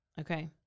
Okay